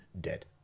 dead